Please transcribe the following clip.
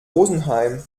rosenheim